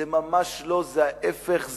זה ממש לא, זה ההיפך.